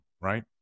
right